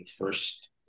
first